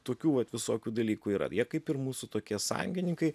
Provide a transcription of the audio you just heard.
tokių vat visokių dalykų yra jie kaip ir mūsų tokie sąjungininkai